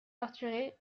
torturés